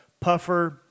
Puffer